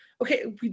okay